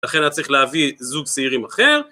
לכן היה צריך להביא זוג צעירים אחר.